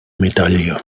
medaille